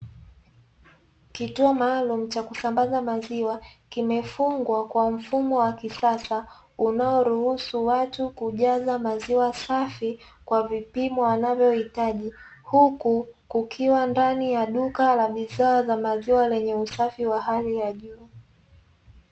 Kituo maalumu kimefungwa kwa mfumo wa kisasa unaoweza kumsadia mteja kupata maziwa kwa mfumo anao uhitaji